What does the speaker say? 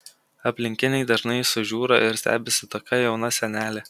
aplinkiniai dažnai sužiūra ir stebisi tokia jauna senelė